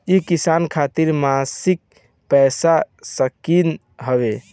इ किसान खातिर मासिक पेंसन स्कीम हवे